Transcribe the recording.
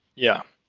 yeah.